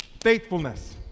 faithfulness